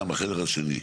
כאן לידינו.